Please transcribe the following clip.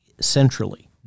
centrally